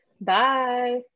Bye